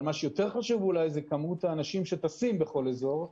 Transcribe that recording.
אבל מה שיותר חשוב אולי זה כמות האנשים שטסים בכל אזור.